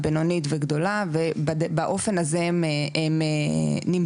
בינונית וגדולה ובאופן הזה הם נמדדות.